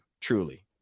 Truly